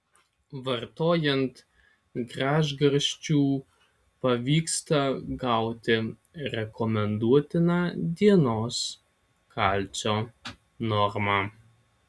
vartojant gražgarsčių pavyksta gauti rekomenduotiną dienos kalcio normą